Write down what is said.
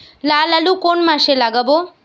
লাল আলু কোন মাসে লাগাব?